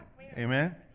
Amen